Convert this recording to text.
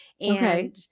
Okay